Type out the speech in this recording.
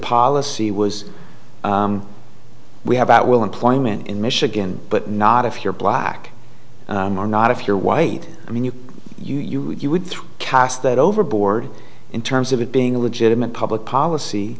policy was we have at will employment in michigan but not if you're black or not if you're white i mean you you you you would throw cast that overboard in terms of it being a legitimate public policy